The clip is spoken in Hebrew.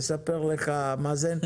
יספר לך מאזן.